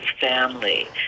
family